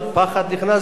פחד נכנס בה.